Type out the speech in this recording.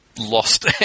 lost